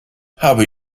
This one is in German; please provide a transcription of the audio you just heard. habe